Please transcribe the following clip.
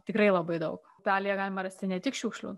tikrai labai daug upelyje galima rasti ne tik šiukšlių